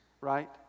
right